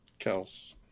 Kels